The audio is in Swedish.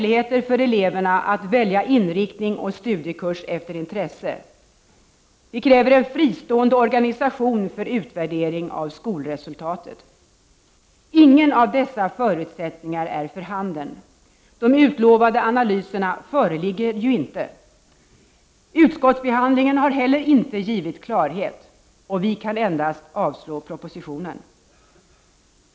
Ingen av dessa förutsättningar är för handen. De utlovade analyserna föreligger inte. Utskottsbehandlingen har inte heller givit klarhet. Vi kan endast avslå propositionen.